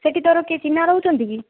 ସେଠି ତୋର କିଏ ଚିହ୍ନା ରହୁଛନ୍ତି କି